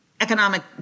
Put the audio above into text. economic